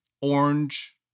orange